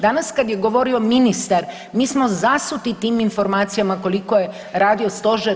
Danas kad je govorio ministar mi smo zasuti tim informacijama koliko je radio Stožer.